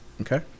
Okay